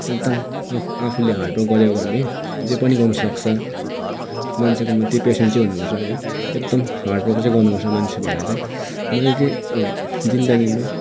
एकदम आफूले hard work गऱ्यो भने जे पनि गर्नुसक्छ मान्छेकोमा त्यो पेसेन्ट चाहिँ हुनुपर्छ है एकदम हार्ड वर्क चाहिँ गर्नुपर्छ मान्छे भएर चाहिँ मैले चाहिँ जिन्दगीमा